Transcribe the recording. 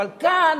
אבל כאן